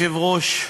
אדוני היושב-ראש,